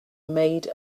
made